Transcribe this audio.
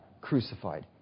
crucified